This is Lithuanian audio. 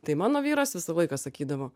tai mano vyras visą laiką sakydavo